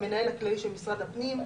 המנהל הכללי של משרד הפנים,